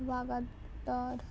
Vagator